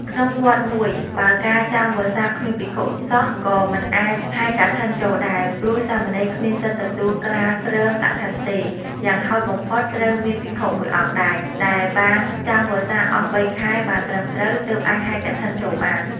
ក្នុងវត្តមួយបើការចាំវស្សាគ្មានភិក្ខុសោះក៏មិនអាចហែរកឋិនចូលដែរ ព្រោះសាមណេរគ្មានសិទ្ធិទទួលក្រាលគ្រងកឋិនទេ យ៉ាងហោចបំផុតត្រូវមានភិក្ខុ១អង្គដែរ ដែលបានចាំវស្សាអស់៣ខែបានត្រឹមត្រូវ ទើបអាចហែកឋិនចូលបាន។